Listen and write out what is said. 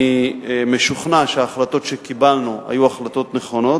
אני משוכנע שההחלטות שקיבלנו היו החלטות נכונות,